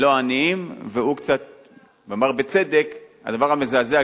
לא עניים, והוא אמר קצת בצדק, הדבר המזעזע,